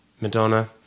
Madonna